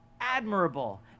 admirable